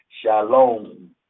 shalom